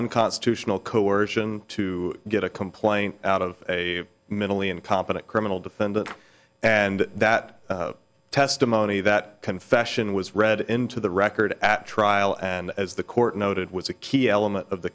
nconstitutional coercion to get a complaint out of a mentally incompetent criminal defendant and that testimony that confession was read into the record at trial and as the court noted was a key element of